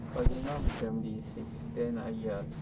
enam family six then ayah